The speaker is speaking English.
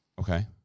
Okay